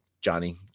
Johnny